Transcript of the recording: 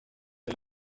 you